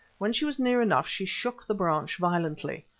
when she was near enough she shook the branch violently.